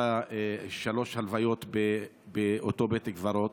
שלוש הלוויות באותו בית קברות.